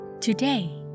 Today